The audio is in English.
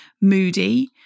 moody